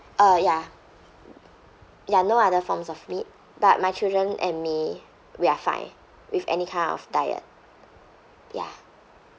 uh ya ya no other forms of meat but my children and me we're fine with any kind of diet ya